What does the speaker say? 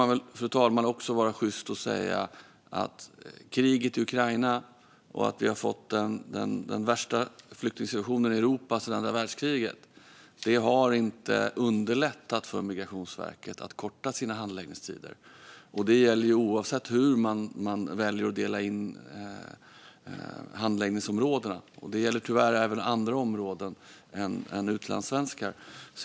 Man ska väl också vara sjyst och säga att kriget i Ukraina och att vi har fått den värsta flyktingsituationen i Europa sedan andra världskriget inte har underlättat för Migrationsverket att korta sina handläggningstider. Det gäller oavsett hur man väljer att dela in handläggningsområdena. Det gäller tyvärr även andra områden än utlandssvenskar.